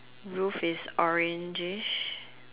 roof is oranges